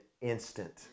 instant